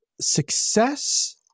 success